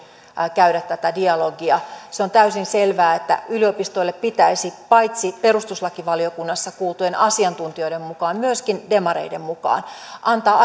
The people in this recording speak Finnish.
käydä tätä dialogia se on täysin selvää että yliopistoille pitäisi paitsi perustuslakivaliokunnassa kuultujen asiantuntijoiden mukaan myöskin demareiden mukaan antaa